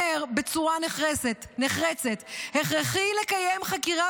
אומר בצורה נחרצת: "הכרחי לקיים חקירה